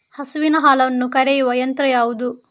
ಹಸುವಿನ ಹಾಲನ್ನು ಕರೆಯುವ ಯಂತ್ರ ಯಾವುದು?